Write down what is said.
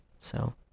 so-